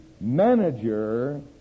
manager